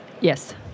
Yes